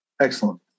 excellent